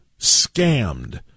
scammed